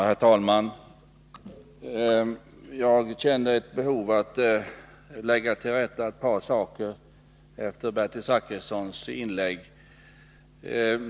Herr talman! Jag känner ett behov av att lägga ett par saker till rätta efter Bertil Zachrissons inlägg.